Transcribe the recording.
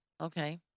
okay